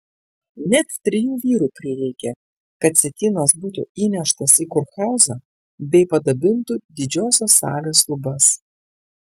net trijų vyrų prireikė kad sietynas būtų įneštas į kurhauzą bei padabintų didžiosios salės lubas